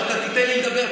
אבל אתה תיתן לי לדבר,